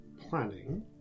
planning